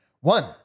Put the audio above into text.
One